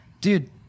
dude